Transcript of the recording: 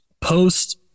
post